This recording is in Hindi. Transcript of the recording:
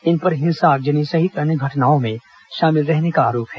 इन पर हिंसा आगजनी सहित अन्य घटनाओं में शामिल रहने का आरोप है